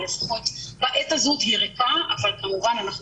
אבל לפחות בעת הזו תהיה ריקה אבל כמובן אנחנו